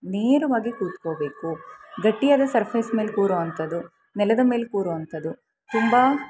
ನೇರವಾಗಿ ಕೂತ್ಕೋಬೇಕು ಗಟ್ಟಿಯಾದ ಸರ್ಫೇಸ್ ಮೇಲೆ ಕೂರೋ ಅಂಥದ್ದು ನೆಲದ ಮೇಲೆ ಕೂರೋ ಅಂಥದ್ದು ತುಂಬ